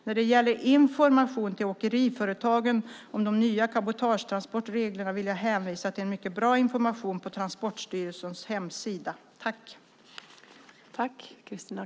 När det gäller information till åkeriföretagen om de nya cabotagetransportreglerna vill jag hänvisa till mycket bra information på Transportstyrelsens hemsida.